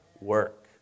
work